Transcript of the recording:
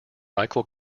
michael